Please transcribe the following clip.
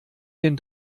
den